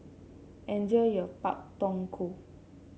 enjoy your Pak Thong Ko